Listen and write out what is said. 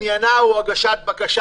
עניינה הוא הגשת בקשה